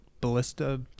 Ballista